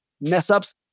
mess-ups